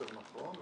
יותר נכון,